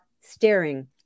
staring